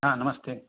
हा नमस्ते